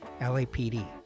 LAPD